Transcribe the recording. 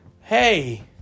hey